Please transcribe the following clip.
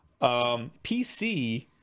PC